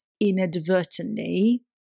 inadvertently